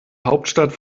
hauptstadt